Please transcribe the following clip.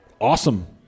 Awesome